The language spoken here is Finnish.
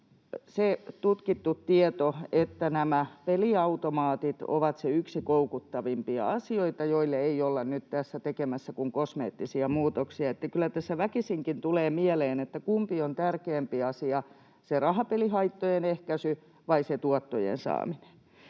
se tutkittu tieto, että peliautomaatit ovat yksi koukuttavimpia asioita, jolle ei nyt tässä olla tekemässä kuin kosmeettisia muutoksia. Kyllä tässä väkisinkin tulee mieleen, kumpi on tärkeämpi asia: rahapelihaittojen ehkäisy vai tuottojen saaminen?